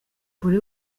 buri